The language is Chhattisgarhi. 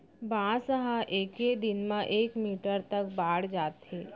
बांस ह एके दिन म एक मीटर तक बाड़ जाथे